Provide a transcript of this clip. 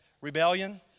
rebellion